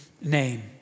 name